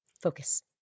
Focus